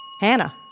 Hannah